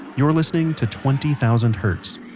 you're listening to twenty thousand hertz.